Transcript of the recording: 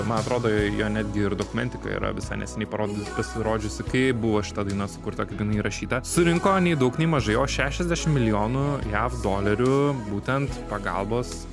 man atrodo jo jo netgi ir dokumentika yra visai neseniai parody pasirodžiusi kaip buvo šita daina sukurta kaip jinai įrašyta surinko nei daug nei mažai o šešiasdešim milijonų jav dolerių būtent pagalbos